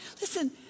listen